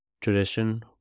tradition